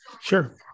Sure